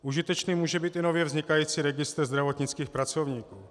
Užitečný může být i nově vznikající registr zdravotnických pracovníků.